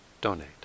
donate